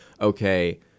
Okay